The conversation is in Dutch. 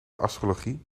astrologie